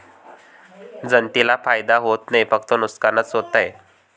जनतेला फायदा होत नाही, फक्त नुकसानच होत आहे